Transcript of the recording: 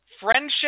friendship